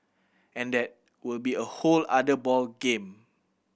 and that will be a whole other ball game